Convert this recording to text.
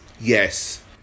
Yes